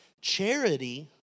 Charity